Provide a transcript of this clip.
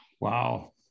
Wow